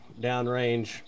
downrange